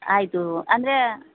ಆಯ್ತು ಅಂದರೆ